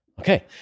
Okay